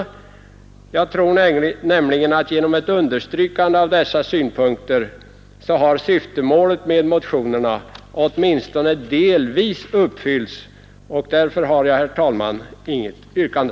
Jag tror nämligen att genom ett understrykande av dessa synpunkter har syftemålet med motionerna åtminstone delvis uppfyllts, och därför har jag, herr talman, inget yrkande.